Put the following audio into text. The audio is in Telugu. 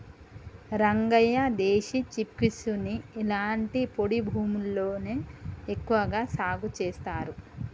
రంగయ్య దేశీ చిక్పీసుని ఇలాంటి పొడి భూముల్లోనే ఎక్కువగా సాగు చేస్తారు